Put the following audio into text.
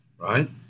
right